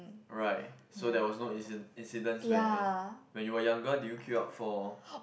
right so there was no inci~ incidents where when you were younger did you queue up for